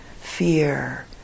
fear